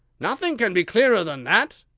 nothing can be clearer than that.